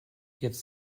jetzt